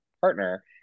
partner